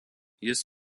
jis